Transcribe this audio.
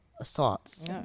assaults